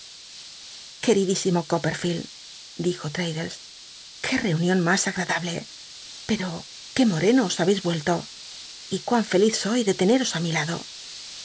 idísimo copperlield dijo traddlcs i qué reunion mas agmdablc i pero que moreno os habeis ncllo y cu in feliz soy de teneros ü mi lado